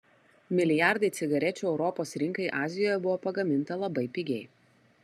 milijardai cigarečių europos rinkai azijoje buvo pagaminta labai pigiai